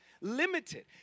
Limited